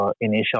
initial